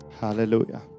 Hallelujah